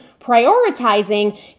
prioritizing